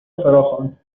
فراخواند